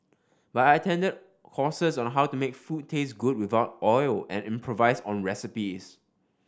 but I attended courses on how to make food taste good without oil and improvise on recipes